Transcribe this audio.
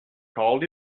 called